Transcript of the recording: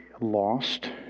lost